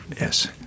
Yes